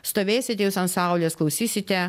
stovėsit jūs ant saulės klausysite